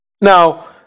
Now